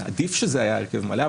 עדיף שזה היה הרכב מלא,